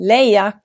Leia